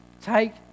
Take